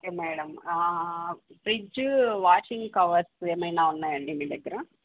okay madam fridge washing covers ఏమన్నా ఉన్నాయాండీ మీ దగ్గర